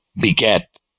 beget